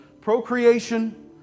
procreation